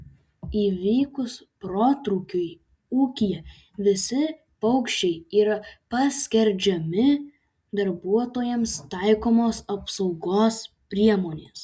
įvykus protrūkiui ūkyje visi paukščiai yra paskerdžiami darbuotojams taikomos apsaugos priemonės